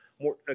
more